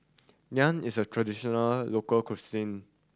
naan is a traditional local cuisine